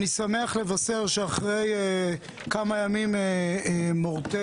אני שמח לבשר שאחרי כמה ימים מורטי